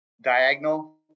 diagonal